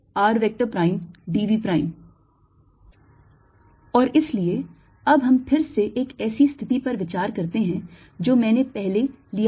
dV और इसलिए अब हम फिर से एक ऐसी स्थिति पर विचार करते हैं जो मैंने पहले लिया था